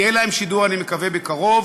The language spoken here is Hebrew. יהיה להם שידור, אני מקווה בקרוב,